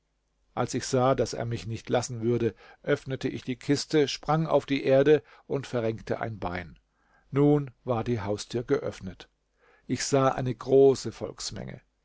als ich sah daß er mich nicht lassen würde öffnete ich die kiste sprang auf die erde und verrenkte ein bein nun war die haustür geöffnet ich sah eine große volksmenge